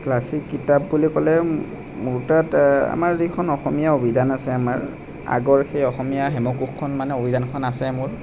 classic কিতাপ বুলি ক'লে মোৰ তাত আমাৰ যিখন অসমীয়া অভিধান আছে আমাৰ আগৰ সেই অসমীয়া হেমকোষখন মানে অভিধানখন আছে মোৰ